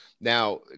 Now